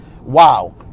wow